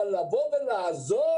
אבל לבוא ולעזור,